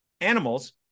animals